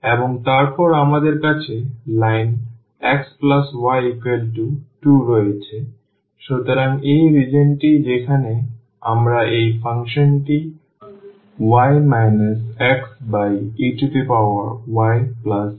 এবং তারপরে আমাদের কাছে লাইন xy2 রয়েছে সুতরাং এই রিজিওনটি যেখানে আমরা এই ফাংশনটি ey xyx ইন্টিগ্রেট করছি